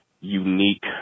unique